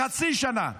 לחצי שנה,